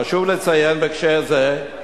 חשוב לציין בהקשר זה,